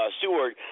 Seward